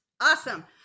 Awesome